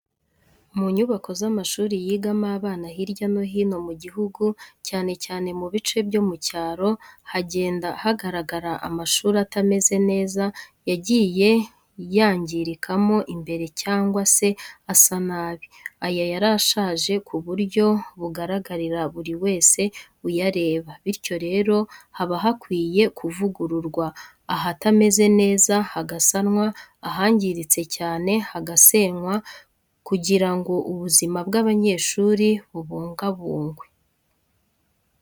Mu nyubako z'amashuri yigamo abana hirya no hino mu gihugu, cyane cyane mu bice byo mu cyaro, hagenda hagaragara amashuri atameze neza yagiye yangirikamo imbere cyangwa se asa nabi, ayandi yarashaje ku buryo bugaragarira buri wese uyareba. Bityo rero haba hakwiye kuvugururwa, ahatameze neza hagasanwa ahangiritse cyane hagasenwa kugira ngo ubuzima bw'abanyeshuri bubungwabungwe.